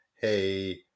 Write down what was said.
hey